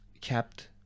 kept